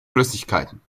flüssigkeiten